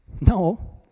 No